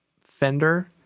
Fender